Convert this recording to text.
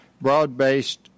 broad-based